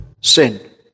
sin